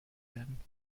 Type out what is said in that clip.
werden